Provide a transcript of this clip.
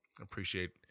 appreciate